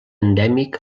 endèmic